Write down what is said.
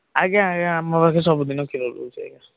ଆଜ୍ଞା ଆଜ୍ଞା ଆମର ସବୁ ଦିନ କ୍ଷୀର ଦେଉଛି ଆଜ୍ଞା